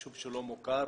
ישוב שלא מוכר.